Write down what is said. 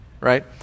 right